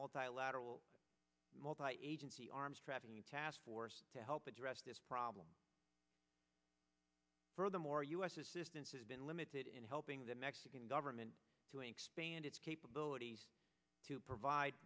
multilateral multi agency arms trafficking task force to help address this problem further more u s assistance has been limited in helping the mexican government to expand its capabilities to provide